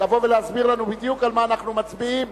לבוא ולהסביר לנו בדיוק על מה אנחנו מצביעים.